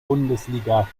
bundesliga